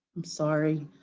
i'm sorry,